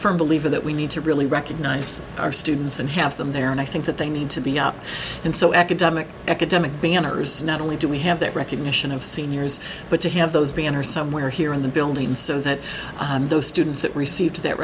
firm believer that we need to really recognize our students and have them there and i think that they need to be up in so academic academic banners not only do we have that recognition of seniors but to have those banner somewhere here in the building so that those students that receive that